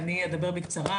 אני אדבר בקצרה,